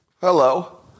Hello